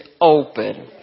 open